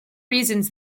reasons